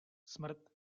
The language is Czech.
smrt